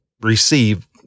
receive